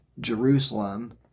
Jerusalem